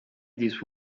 these